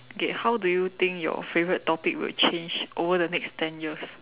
okay how do you think your favourite topic will change over the next ten years